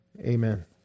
amen